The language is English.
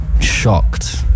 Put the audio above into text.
shocked